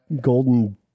golden